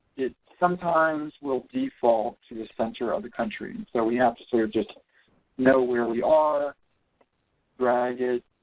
it sometimes will default to the center of the country so we have to say or just know where we are drag it,